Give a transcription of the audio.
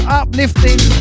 uplifting